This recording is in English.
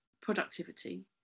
productivity